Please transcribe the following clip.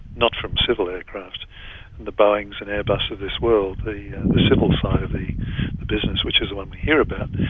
not from civil aircraft the boeings and airbus of this world. the the civil side of the business, which is the one we hear about,